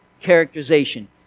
characterization